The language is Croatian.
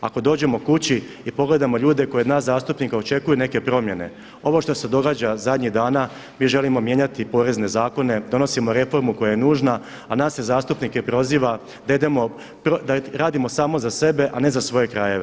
Ako dođemo kući i pogledamo ljude koji od nas zastupnika očekuju neke promjene, ovo što se događa zadnjih dana mi želimo mijenjati porezne zakone, donosimo reformu koja je nužna a nas se zastupnike proziva da radimo samo za sebe a ne za svoje krajeve.